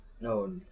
no